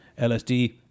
LSD